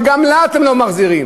שגם לה אתם לא מחזירים.